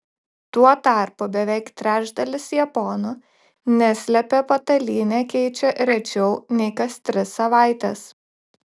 tuo tarpu beveik trečdalis japonų neslėpė patalynę keičią rečiau nei kas tris savaites